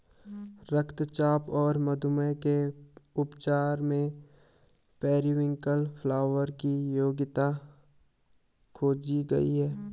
रक्तचाप और मधुमेह के उपचार में पेरीविंकल फ्लावर की उपयोगिता खोजी गई है